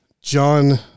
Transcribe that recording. John